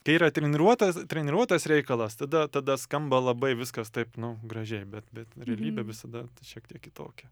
kai yra treniruotas treniruotas reikalas tada tada skamba labai viskas taip nu gražiai bet bet realybė visada šiek tiek kitokia